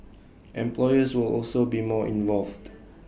employers will also be more involved